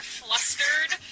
flustered